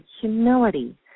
humility